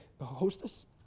hostess